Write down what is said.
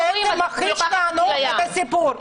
זה רק ממחיש לנו את הסיפור.